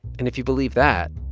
and if you believe that,